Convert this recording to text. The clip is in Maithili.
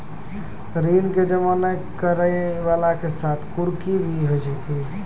ऋण के जमा नै करैय वाला के साथ कुर्की भी होय छै कि?